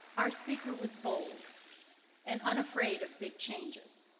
our speaker was bold and unafraid of big changes.